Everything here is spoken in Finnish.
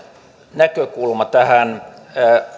näkökulma tähän